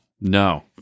No